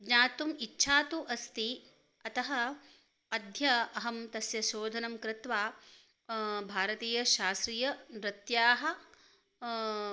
ज्ञातुम् इच्छा तु अस्ति अतः अद्य अहं तस्य शोधनं कृत्वा भारतीयशास्त्रीयनृत्यानि